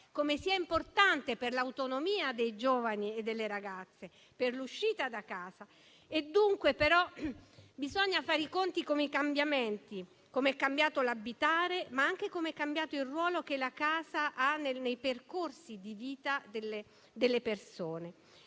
come sia importante per l'autonomia dei giovani e delle ragazze, per l'uscita da casa. Però bisogna fare i conti con i cambiamenti: come è cambiato l'abitare, ma anche come è cambiato il ruolo che la casa ha nei percorsi di vita delle persone.